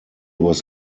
was